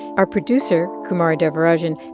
our producer, kumari devarajan,